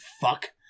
fuck